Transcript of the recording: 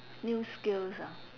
new skills ah